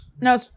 No